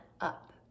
up